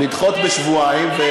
לדחות בשבועיים.